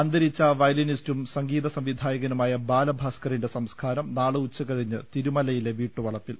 അന്തരിച്ച വയലിനിസ്റ്റും സംഗീത് സംവിധായകനുമായ ബാലഭാസ്കറിന്റെ സംസ്കാരം നാളെ ഉച്ച കഴിഞ്ഞ് തിരു മലയിലെ വീട്ടുവളപ്പിൽ